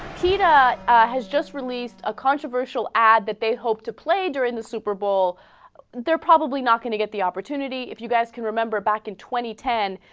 and has just released a controversial ad that they hope to play during the superbowl they're probably not gonna get the opportunity if you guys can remember back in twenty ten